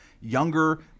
younger